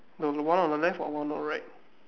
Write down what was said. the one on the left or one of the right